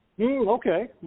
Okay